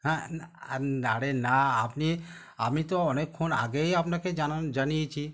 হ্যাঁ নারে না আপনি আমি তো অনেকক্ষণ আগেই আপনাকে জানান জানিয়েছি